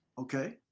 Okay